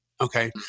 okay